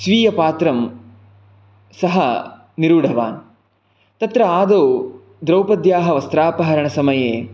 स्वीयपात्रं सः निरूढवान् तत्र आदौ द्रौपद्याः वस्त्रापहरणसमये